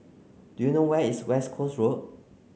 do you know where is West Coast Road